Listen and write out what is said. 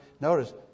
Notice